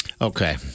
Okay